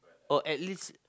oh at least